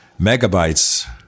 megabytes